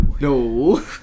no